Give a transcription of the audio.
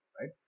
right